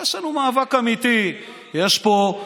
יש לנו מאבק אמיתי, יש פה,